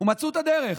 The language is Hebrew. ומצאו את הדרך.